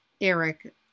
Eric